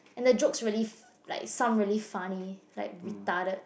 and the joke's really like sound really funny like retarded